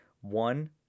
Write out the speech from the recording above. One